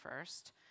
first